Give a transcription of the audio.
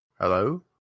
Hello